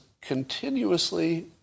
continuously